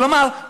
כלומר,